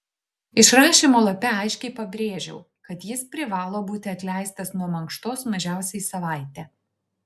išrašymo lape aiškiai pabrėžiau kad jis privalo būti atleistas nuo mankštos mažiausiai savaitę